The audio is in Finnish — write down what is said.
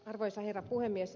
arvoisa herra puhemies